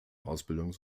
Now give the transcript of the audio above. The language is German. ausbildung